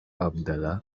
abdallah